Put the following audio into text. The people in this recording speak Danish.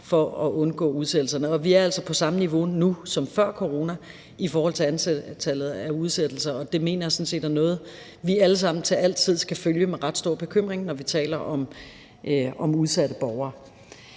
for at undgå udsættelserne. Vi er altså på samme niveau nu som før corona i forhold til antallet af udsættelser. Jeg mener sådan set, det er noget, vi alle sammen til alle tider skal følge med ret stor bekymring, når vi taler om udsatte borgere.